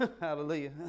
Hallelujah